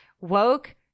woke